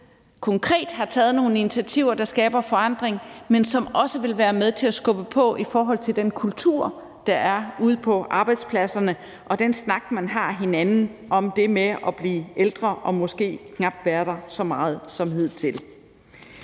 både konkret har taget nogle initiativer, der skaber forandring, men som også vil være med til at skubbe på i forhold til den kultur, der er ude på arbejdspladserne, og den snak, man har med hinanden om det at blive ældre og måske knap være der så meget som hidtil.